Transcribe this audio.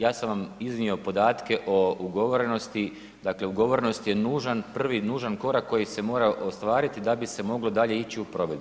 Ja sam vam iznio podatke o ugovorenosti, dakle ugovorenost je nužan, prvi nužan korak koji se mora ostvariti da bi se moglo dalje ići u provedbu.